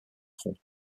fronts